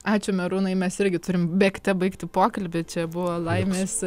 ačiū merūnai mes irgi turim bėgte baigti pokalbį čia buvo laimės